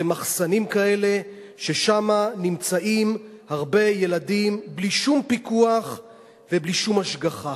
זה מחסנים כאלה ששם נמצאים הרבה ילדים בלי שום פיקוח ובלי שום השגחה.